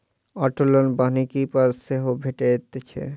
auto loan बन्हकी पर सेहो भेटैत छै